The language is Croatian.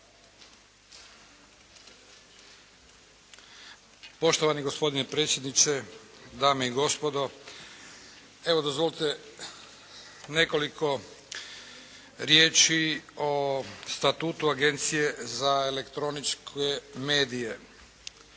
Poštovani gospodine predsjedniče, dame i gospodo! Evo dozvolite nekoliko riječi o Statutu Agencije za elektroničke medije,